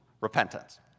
repentance